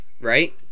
right